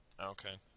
Okay